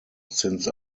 since